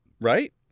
right